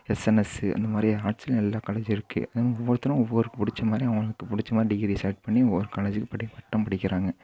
SNS அந்த மாதிரி ஆர்ட்ஸ்ல எல்லா காலேஜும் இருக்குது ஒவ்வொருத்தரும் ஒவ்வொரு பிடிச்ச மாதிரி அவங்களுக்கு பிடிச்ச மாதிரி டிகிரி செலெக்ட் பண்ணி ஒவ்வொரு காலேஜ்ல படி பட்டம் படிக்கிறாங்க